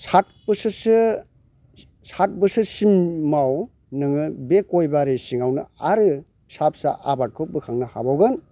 साथ बोसोरसो साथ बोसोरसिम माव नों बे गयबारि सिङावनो आरो फिसा फिसा आबादखौ बोखांनो हाबावगोन